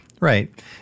Right